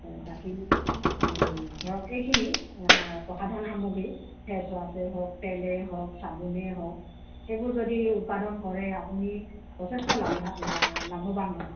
বাকী ধৰক এইখিনি প্ৰসাধন সামগ্ৰী ফেচৱাশ্বেই হওক তেলেই হওক চাবোনেই হওক সেইবোৰ যদি উৎপাদন কৰে আপুনি যথেষ্ট লাভবা লাভৱান হ'ব